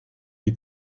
die